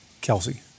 Kelsey